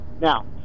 Now